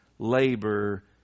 labor